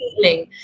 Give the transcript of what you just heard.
feeling